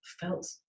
felt